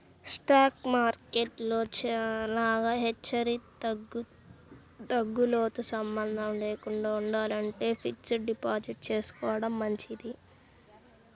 stock market లో లాగా హెచ్చుతగ్గులతో సంబంధం లేకుండా ఉండాలంటే ఫిక్స్డ్ డిపాజిట్ చేసుకోడం మంచిది